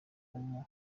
alubumu